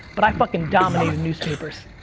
but i fucking dominated newspapers.